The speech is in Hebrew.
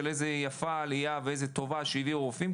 איזה יפה העלייה ואיזה טובה שהביאו רופאים,